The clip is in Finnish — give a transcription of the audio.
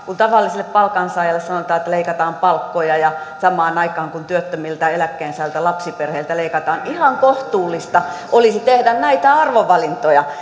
kun tavalliselle palkansaajalle sanotaan että leikataan palkkoja ja samaan aikaan kun työttömiltä eläkkeensaajilta lapsiperheiltä leikataan ihan kohtuullista olisi tehdä näitä arvovalintoja